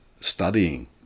studying